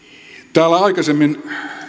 täällä aikaisemmin